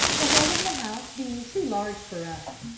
the whole of the house being too large for us,